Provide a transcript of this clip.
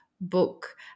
book